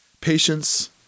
patience